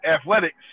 athletics